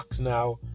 now